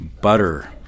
Butter